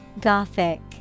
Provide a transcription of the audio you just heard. Gothic